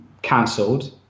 cancelled